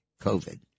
COVID